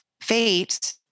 fate